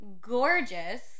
gorgeous